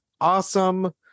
awesome